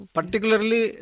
Particularly